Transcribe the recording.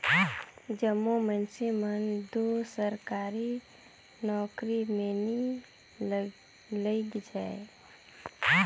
जम्मो मइनसे मन दो सरकारी नउकरी में नी लइग जाएं